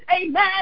Amen